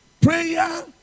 prayer